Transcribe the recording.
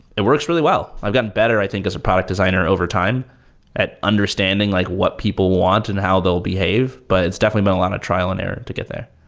it works really well. i've gotten better i think as a product designer overtime at understanding like what people want and how they'll behave, but it's definitely been a lot of trial and error to get there.